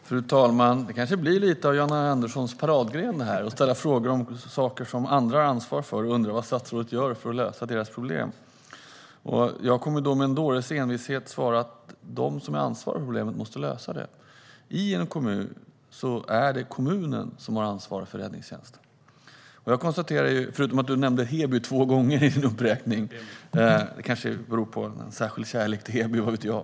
Fru ålderspresident! Det kanske blir lite av en paradgren för Jan R Andersson att ställa frågor om saker som andra har ansvar för och undra vad statsrådet gör för att lösa deras problem. Jag kommer då med en dåres envishet att svara att de som är ansvariga för problemet måste lösa det. I en kommun är det kommunen som har ansvar för räddningstjänsten. Du nämnde Heby två gånger i din uppräkning, men det kanske beror på en särskild kärlek till Heby, vad vet jag.